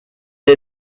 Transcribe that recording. est